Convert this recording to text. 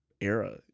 era